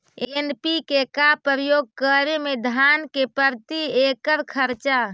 NPK का प्रयोग करे मे धान मे प्रती एकड़ खर्चा?